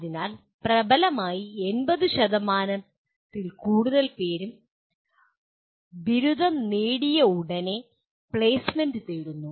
അതിനാൽ പ്രബലമായി 80 ൽ കൂടുതൽ പേർ ബിരുദം നേടിയയുടനെ പ്ലേസ്മെന്റ് തേടുന്നു